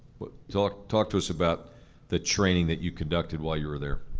but talk talk to us about the training that you conducted while you were there.